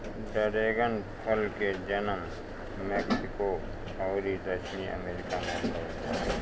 dragon फल के जनम मेक्सिको अउरी दक्षिणी अमेरिका में भईल रहे